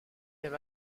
même